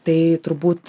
tai turbūt